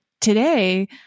today